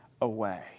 away